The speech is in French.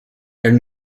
elle